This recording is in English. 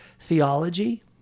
theology